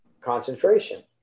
concentration